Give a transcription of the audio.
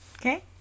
Okay